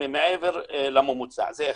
מעבר לממוצע, זה אחת.